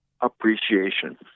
Appreciation